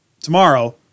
tomorrow